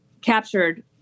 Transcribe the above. captured